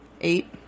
Eight